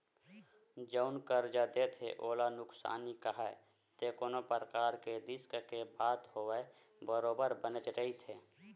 जउन करजा देथे ओला नुकसानी काहय ते कोनो परकार के रिस्क के बात होवय बरोबर बनेच रहिथे